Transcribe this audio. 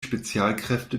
spezialkräfte